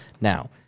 Now